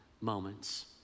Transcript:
moments